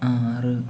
ആറ്